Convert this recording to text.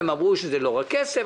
הם אמרו שזה לא רק כסף,